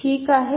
ठीक आहे